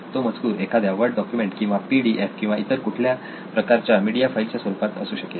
तो मजकूर एखाद्या वर्ड डॉक्युमेंट किंवा पी डी एफ किंवा इतर कुठल्याही प्रकारच्या मीडिया फाईल च्या स्वरूपात असू शकेल